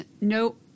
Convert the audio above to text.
no